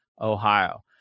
Ohio